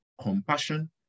compassion